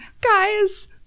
guys